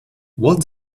what